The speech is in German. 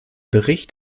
bericht